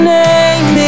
name